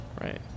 Right